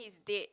is dead